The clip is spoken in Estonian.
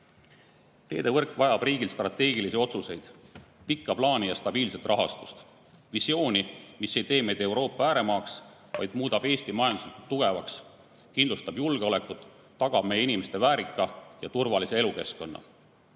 abil. Teevõrk vajab riigilt strateegilisi otsuseid, pikka plaani ja stabiilset rahastust, visiooni, mis ei tee meid Euroopa ääremaaks, vaid muudab Eesti majanduslikult tugevaks, kindlustab julgeolekut, tagab meie inimestele väärika ja turvalise elukeskkonna.